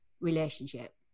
relationship